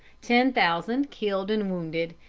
ten thousand killed and wounded,